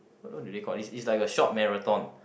what what do they call it's it's like a short marathon